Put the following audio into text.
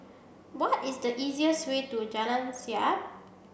what is the easiest way to Jalan Siap